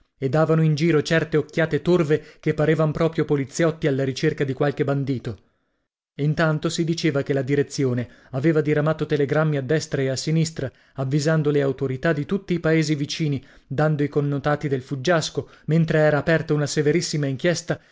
e davano in giro certe occhiate torve che parevan proprio poliziotti alla ricerca di qualche bandito intanto si diceva che la direzione aveva diramato telegrammi a destra e a sinistra avvisando le autorità di tutti i paesi vicini dando i connotati del fuggiasco mentre era aperta una severissima inchiesta